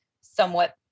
somewhat